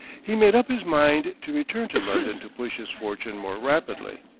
he made up his mind to return to london to push his fortune more rapidly.